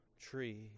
tree